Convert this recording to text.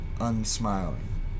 unsmiling